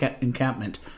encampment